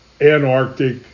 Antarctic